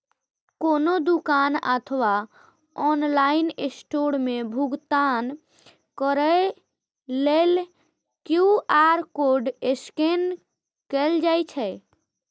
कोनो दुकान अथवा ऑनलाइन स्टोर मे भुगतान करै लेल क्यू.आर कोड स्कैन कैल जाइ छै